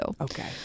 Okay